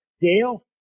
Dale